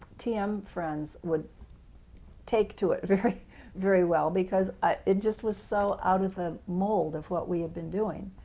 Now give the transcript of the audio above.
tm friends would take to it very very well because ah it just was so out of the mold of what we had been doing,